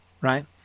right